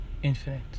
Infinite